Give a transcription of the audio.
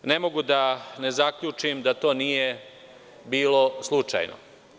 Ne mogu da ne zaključim da to nije bilo slučajno.